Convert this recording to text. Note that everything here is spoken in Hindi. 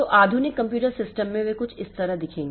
तो आधुनिक कंप्यूटर सिस्टम वे कुछ इस तरह दिखेंगे